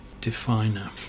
definer